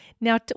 Now